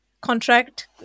contract